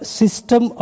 system